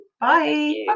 Bye